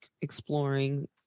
exploring